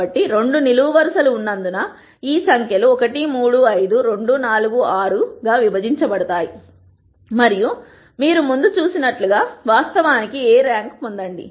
కాబట్టి రెండు నిలువు వరుసలు ఉన్నందున ఈ సంఖ్యలు 1 3 5 2 4 6 గా విభజించబడతాయి మరియు మీరు ముందు చూసినట్లుగా వాస్తవానికి A ర్యాంక్ పొందండి